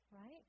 right